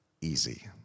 easy